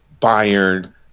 Bayern